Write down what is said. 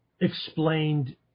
explained